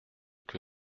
que